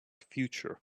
future